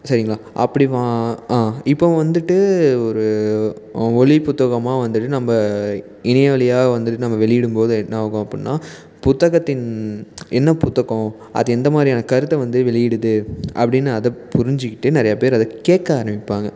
சரிங்களா அப்படி வா இப்போ வந்துட்டு ஒரு ஒலி புத்தகங்கமாக வந்துட்டு நம்ம இணைய வழியாக வந்துட்டு நம்ம வெளியிடும் போது என்ன ஆகும் அப்படின்னா புத்தகத்தின் என்ன புத்தகம் அது எந்த மாதிரியான கருத்தை வந்து வெளியிடுது அப்படின்னு அதை புரிஞ்சுக்கிட்டு நிறையா பேர் அதை கேட்க ஆரம்மிப்பாங்க